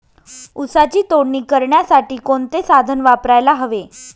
ऊसाची तोडणी करण्यासाठी कोणते साधन वापरायला हवे?